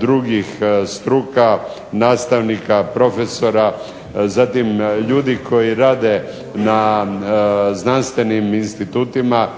drugih struka, nastavnika, profesora, zatim ljudi koji rade na znanstvenim institutima